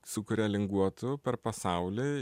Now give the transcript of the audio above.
su kuria linguotų per pasaulį